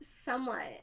Somewhat